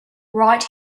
right